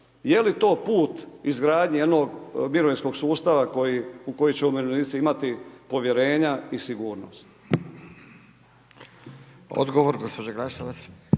Je li to put izgradnje jednog mirovinskog sustava u koji će umirovljenici imati povjerenja i sigurnost? **Radin,